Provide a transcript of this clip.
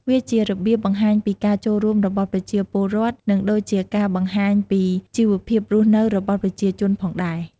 វាជារបៀបបង្ហាញពីការចូលរួមរបស់ប្រជាពលរដ្ឋ និងដូចជាការបង្ហាញពីជីវភាពរស់នៅរបស់ប្រជាជនផងដែរ។